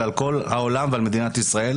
אלא על כל העולם ועל מדינת ישראל.